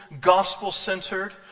gospel-centered